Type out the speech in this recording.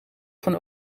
van